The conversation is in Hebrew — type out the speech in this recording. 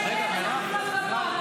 --- איום על הביטחון?